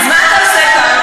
אז מה אתה עושה כאן?